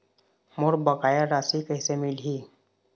मोर बकाया राशि कैसे मिलही?